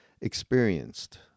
experienced